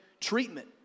treatment